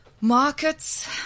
markets